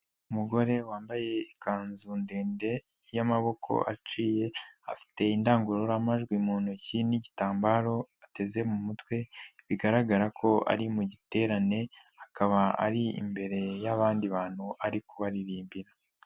Umugore wambaye ikanzu ndende y'amaboko aciye afite indangururamajwi mu ntoki n'igitambaro ateze mu mutwe, bigaragara ko ari mu giterane akaba ari imbere y'abandi bantu ari kubaririmbira.